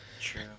True